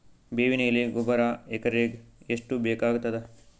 ಬೇವಿನ ಎಲೆ ಗೊಬರಾ ಎಕರೆಗ್ ಎಷ್ಟು ಬೇಕಗತಾದ?